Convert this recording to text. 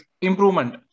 improvement